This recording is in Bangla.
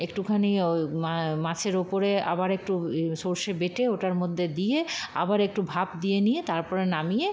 একটুখানি ও মাছের উপরে আবার একটু ই সরষে বেটে ওটার মধ্যে দিয়ে আবার একটু ভাপ দিয়ে নিয়ে তারপরে নামিয়ে